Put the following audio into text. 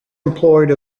employed